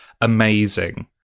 amazing